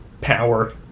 power